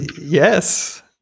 yes